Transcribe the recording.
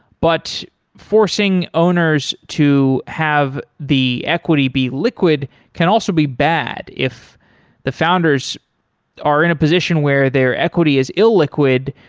but forcing owners to have the equity be liquid can also be bad if the founders are in a position where their equity is illiquid,